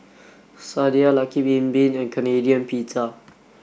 Sadia Lucky Bin Bin and Canadian Pizza